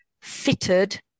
fitted